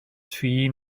tri